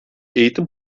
eğitim